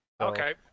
Okay